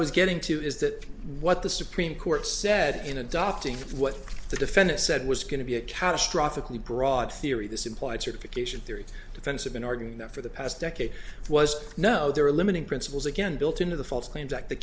was getting to is that what the supreme court said in adopting what the defendant said was going to be a catastrophic lead broad theory this implied certification theory defense have been arguing that for the past decade it was no there are limiting principles again built into the false claims act the